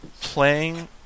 playing